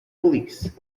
police